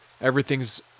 everything's